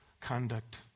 conduct